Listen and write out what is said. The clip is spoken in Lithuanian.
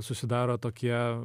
susidaro tokie